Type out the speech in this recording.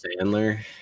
Sandler